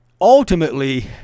ultimately